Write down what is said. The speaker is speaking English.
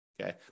okay